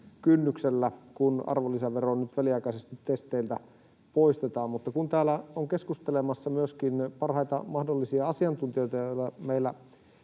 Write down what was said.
kynnyksellä, kun arvonlisävero nyt väliaikaisesti testeiltä poistetaan. Mutta kun täällä on keskustelemassa myöskin parhaita mahdollisia asiantuntijoita, joita meillä